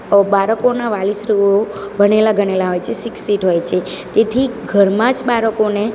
બાળકોના વાલી શ્રીઓ ભણેલા ગણેલા હોય છે શિક્ષિત હોય છે તેથી ઘરમાં જ બાળકોને